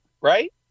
right